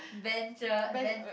venture ven~